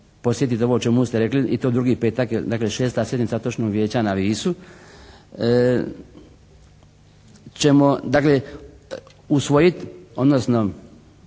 posjetiti ovo o čemu ste rekli i to drugi petak, dakle 6. sjednica Otočnog vijeća na Visu ćemo dakle usvojiti odnosno